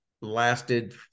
lasted